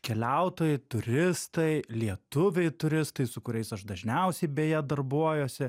keliautojai turistai lietuviai turistai su kuriais aš dažniausiai beje darbuojuosi